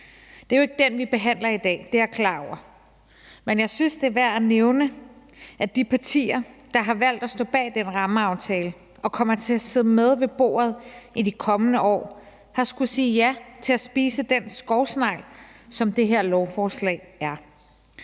Det er jo ikke den, vi behandler i dag, det er jeg klar over, men jeg synes, det er værd at nævne, at de partier, der har valgt at stå bag den rammeaftale og kommer til at sidde med ved bordet i de kommende år, har skullet sige ja til at spise den skovsnegl, som det her lovforslag er.